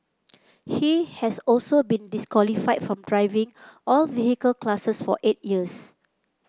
he has also been disqualified from driving all vehicle classes for eight years